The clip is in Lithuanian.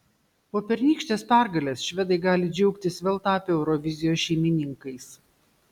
po pernykštės pergalės švedai gali džiaugtis vėl tapę eurovizijos šeimininkais